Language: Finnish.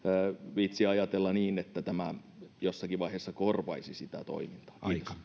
viitsi ajatella niin että tämä jossakin vaiheessa korvaisi sitä toimintaa